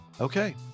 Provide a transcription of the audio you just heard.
Okay